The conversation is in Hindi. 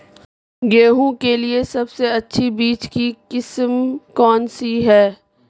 गेहूँ के लिए सबसे अच्छी बीज की किस्म कौनसी है?